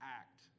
act